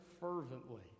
fervently